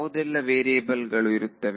ಯಾವುದೆಲ್ಲ ವೇರಿಯೇಬಲ್ ಗಳು ಇರುತ್ತವೆ